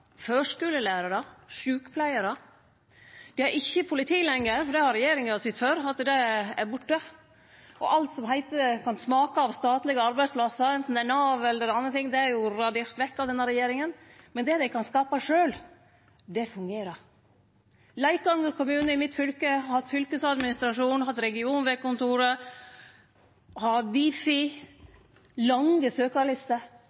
førskulelærarar og sjukepleiarar. Dei har ikkje politi lenger, for det har regjeringa sytt for at er borte, og alt som kan smake av statlege arbeidsplassar, anten det er Nav eller det er andre ting, er radert vekk av denne regjeringa. Men det dei kan skapa sjølve, det fungerer. Leikanger kommune i mitt fylke har hatt fylkesadministrasjon, har hatt regionvegkontoret, har hatt Difi – med lange søkarlister.